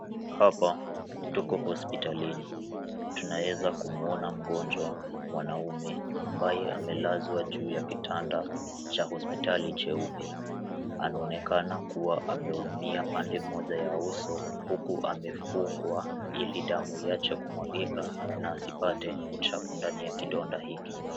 Hapa, tuko hospitalini. Tunaeza kumwona mgonjwa mwanaume ambaye amelazwa juu ya kitanda cha hospitali cheupe. Anaonekana kuwa ameumia pande moja ya uso huku amefungwa ili damu iache kumwagika na asipate uchafu ndani ya kidonda hiki.